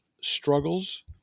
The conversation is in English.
struggles